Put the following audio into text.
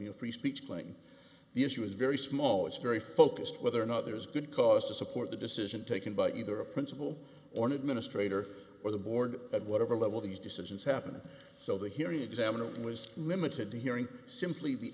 a free speech claim the issue is very small it's very focused whether or not there is good cause to support the decision taken by either a principal or an administrator or the board at whatever level these decisions happen so the hearing examiner was limited to hearing simply the